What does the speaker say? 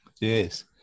Yes